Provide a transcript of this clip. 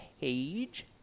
page